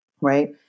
right